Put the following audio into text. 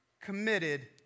committed